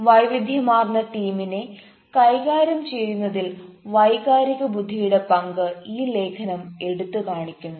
വൈവിധ്യമാർന്ന ടീമിനെ കൈകാര്യം ചെയ്യുന്നതിൽ വൈകാരിക ബുദ്ധിയുടെ പങ്ക് ഈ ലേഖനം എടുത്തുകാണിക്കുന്നു